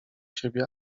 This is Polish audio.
siebie